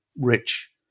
rich